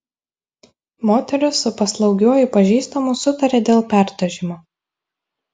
moteris su paslaugiuoju pažįstamu sutarė dėl perdažymo